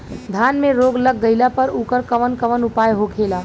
धान में रोग लग गईला पर उकर कवन कवन उपाय होखेला?